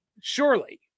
Surely